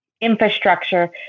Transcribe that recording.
infrastructure